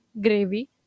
gravy